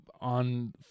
on